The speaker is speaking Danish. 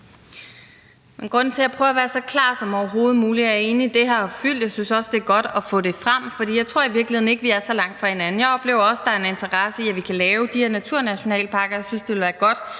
prøver at være så klar som overhovedet muligt, er egentlig, at det her har fyldt, og jeg synes også, det er godt at få det frem, for jeg tror i virkeligheden ikke, at vi er så langt fra hinanden. Jeg oplever også, at der er en interesse i, at vi kan lave de her naturnationalparker, og jeg synes, det ville være godt,